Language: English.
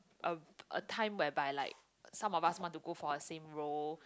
a a time whereby like some of us want to go for a same role